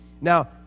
Now